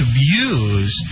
views